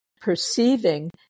perceiving